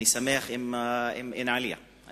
האלימות בחברה הישראלית, לפי דעתי, היא